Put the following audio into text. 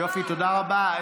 יופי, תודה רבה.